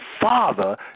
Father